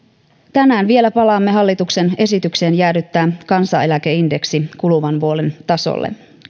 tänään vielä palaamme hallituksen esitykseen jäädyttää kansaneläkeindeksi kuluvan vuoden tasolle